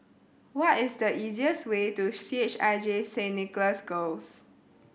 what is the easiest way to C H I J Nicholas Girls